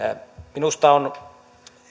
minusta on